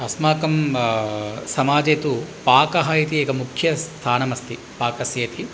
अस्माकं समाजे तु पाकः इति एक मुख्यस्थानम् अस्ति पाकस्य इति